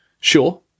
sure